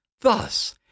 Thus